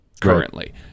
currently